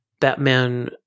Batman